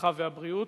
הרווחה והבריאות.